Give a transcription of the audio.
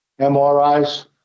MRIs